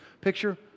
picture